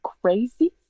crazy